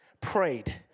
prayed